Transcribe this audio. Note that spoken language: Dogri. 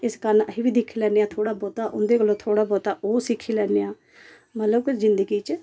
इस कारण अहें बी दिक्खी लैन्ने आं थोह्ड़ा बोह्ता उन्दे कोलूं थोह्ड़ा बोह्ता अउं सिक्खी लैन्ने आं मतलब कि जिंदगी च